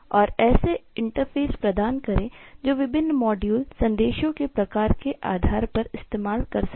और ऐसे इंटरफ़ेस प्रदान करें जो विभिन्न मॉड्यूल संदेशों के प्रकार के आधार पर इस्तेमाल कर सके